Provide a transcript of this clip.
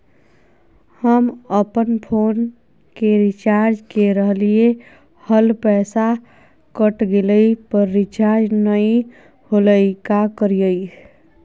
हम अपन फोन के रिचार्ज के रहलिय हल, पैसा कट गेलई, पर रिचार्ज नई होलई, का करियई?